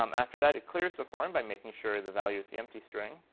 um after that, it clears the form by making sure the value is the empty string.